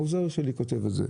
העוזר שלי כתב את זה.